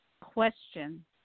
question